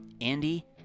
Andy